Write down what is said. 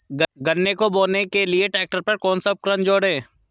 गन्ने को बोने के लिये ट्रैक्टर पर कौन सा उपकरण जोड़ें?